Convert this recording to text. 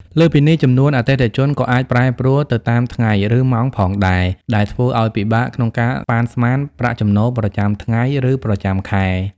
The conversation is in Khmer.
លើសពីនេះ ចំនួនអតិថិជនក៏អាចប្រែប្រួលទៅតាមថ្ងៃ ឬម៉ោងផងដែរ ដែលធ្វើឱ្យពិបាកក្នុងការប៉ាន់ស្មានប្រាក់ចំណូលប្រចាំថ្ងៃ ឬប្រចាំខែ។